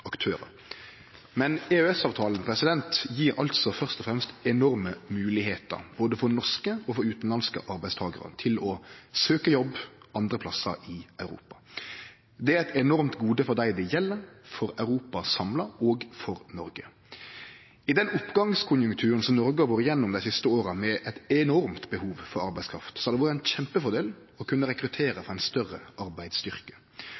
aktørar, men EØS-avtalen gjev altså først og fremst enorme moglegheiter for både norske og utanlandske arbeidstakarar til å søkje jobb andre plassar i Europa. Det er eit enormt gode for dei det gjeld, for Europa samla og for Noreg. I den oppgangskonjunkturen Noreg har vore gjennom dei siste åra med eit enormt behov for arbeidskraft, har det vore ein kjempefordel å kunne rekruttere frå ein større arbeidsstyrke.